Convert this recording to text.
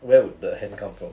where would the hand come from